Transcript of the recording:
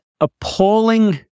appalling